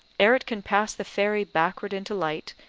ere it can pass the ferry backward into light,